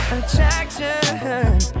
Attraction